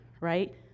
right